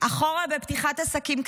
אחורה בפתיחת עסקים קטנים,